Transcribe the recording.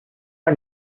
her